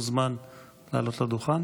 מוזמן לעלות לדוכן